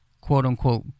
quote-unquote